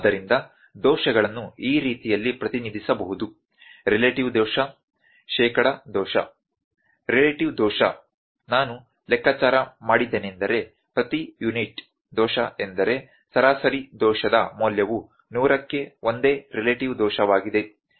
ಆದ್ದರಿಂದ ದೋಷಗಳನ್ನು ಈ ರೀತಿಗಳಲ್ಲಿ ಪ್ರತಿನಿಧಿಸಬಹುದು ರಿಲೇಟಿವ್ ದೋಷ ಶೇಕಡಾ ದೋಷ ರಿಲೇಟಿವ್ ದೋಷ ಉಲ್ಲೇಖಿತ ಸಮಯ 2144 ನಾನು ಲೆಕ್ಕಾಚಾರ ಮಾಡಿದ್ದೇನೆಂದರೆ ಪ್ರತಿ ಯೂನಿಟ್ಗೆ ದೋಷ ಎಂದರೆ ಸರಾಸರಿ ದೋಷದ ಮೌಲ್ಯವು 100 ಕ್ಕೆ ಒಂದೇ ರಿಲೇಟಿವ್ ದೋಷವಾಗಿದೆ